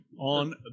on